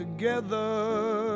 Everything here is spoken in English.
together